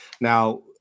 Now